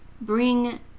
bring